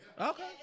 Okay